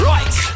Right